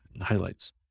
highlights